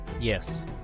yes